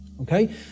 Okay